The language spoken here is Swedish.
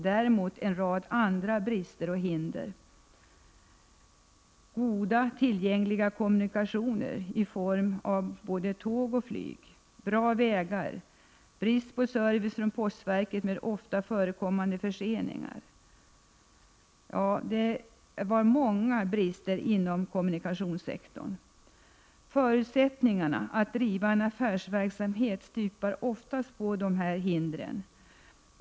Däremot fanns det en rad andra brister och hinder — t.ex. brist på goda/tillgängliga kommunikationer vad gäller både tåg och flyg, brist på bra vägar och brist på service från postverket, med ofta förekommande förseningar. Det fanns många brister inom kommunikationssektorn. Förutsättningarna för att driva en affärsverksamhet omintetgörs oftast på grund av nämnda hinder.